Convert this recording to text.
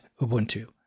Ubuntu